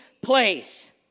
place